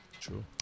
true